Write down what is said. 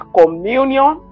communion